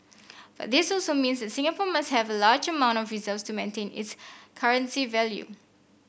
but this also means that Singapore must have a large amount of reserves to maintain its currency value